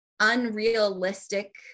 unrealistic